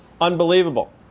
unbelievable